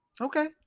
Okay